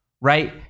right